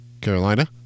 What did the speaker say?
Carolina